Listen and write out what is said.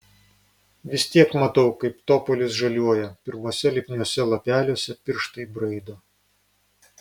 vis tiek matau kaip topolis žaliuoja pirmuose lipniuose lapeliuose pirštai braido